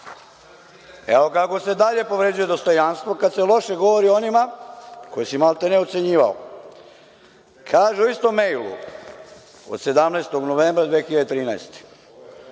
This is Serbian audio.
Evo kako se dalje povređuje dostojanstvo kada se loše govori o onima koje si maltene ocenjivao. Kaže u istom mejlu od 17. novembra 2013.